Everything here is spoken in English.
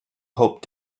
hoped